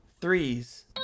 Threes